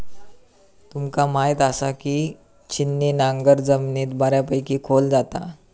तुमका म्हायत आसा, की छिन्नी नांगर जमिनीत बऱ्यापैकी खोल जाता